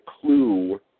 clue